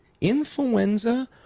Influenza